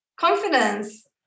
confidence